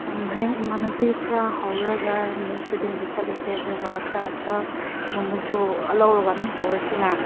ꯍꯌꯦꯡ ꯏꯃꯥꯟꯅꯕꯤ ꯈꯔ ꯍꯧꯔꯒ ꯃꯤꯅꯤ ꯏꯁꯇꯦꯗꯤꯌꯝꯗ ꯆꯠꯂꯁꯦ ꯑꯗꯨꯒ ꯑꯆꯥ ꯑꯊꯛꯀꯨꯝꯕꯁꯨ ꯂꯧꯔꯒ ꯑꯗꯨꯝ ꯄꯨꯔꯁꯤꯅ